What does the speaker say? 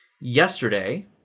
yesterday